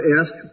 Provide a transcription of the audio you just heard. ask